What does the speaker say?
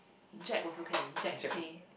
Jack also can Jack-Tay